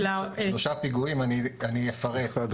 שלושה פיגועים, אני אפרט.